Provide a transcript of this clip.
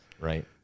Right